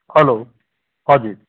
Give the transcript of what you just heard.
hello हाँ जी